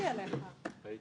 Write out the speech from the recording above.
את